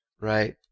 right